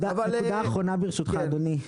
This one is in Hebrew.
נקודה אחרונה ברשותך אדוני,